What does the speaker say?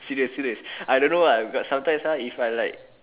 serious serious I don't know ah cause sometimes uh if I like